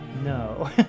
No